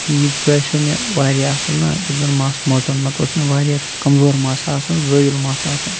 یہِ باسیٚو مےٚ واریاہ اَصٕل نہ یُس زَن مَس مۄٹُن نَتہ اوس مےٚ واریاہ کَمزور مَس آسان زٲیُل مَس آسَان